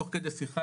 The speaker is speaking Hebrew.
תוך כדי שיחה,